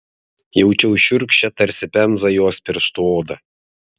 jaučiau šiurkščią tarsi pemza jos pirštų odą